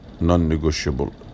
non-negotiable